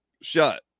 shut